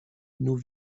nous